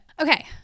okay